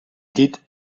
dite